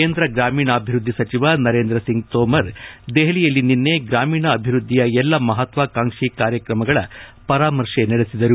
ಕೇಂದ್ರ ಗ್ರಾಮೀಣಾಭಿವೃದ್ದಿ ಸಚಿವ ನರೇಂದ್ರ ಸಿಂಗ್ ತೋಮರ್ ದೆಹಲಿಯಲ್ಲಿ ನಿನ್ನೆ ಗ್ರಾಮೀಣ ಅಭಿವೃದ್ಧಿಯ ಎಲ್ಲ ಮಪತ್ವಾಕಾಂಕ್ಷಿ ಕಾರ್ಯಕ್ರಮಗಳ ಪರಾಮರ್ತೆ ನಡೆಸಿದರು